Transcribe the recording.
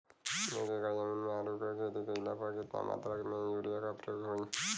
एक एकड़ जमीन में आलू क खेती कइला पर कितना मात्रा में यूरिया क प्रयोग होई?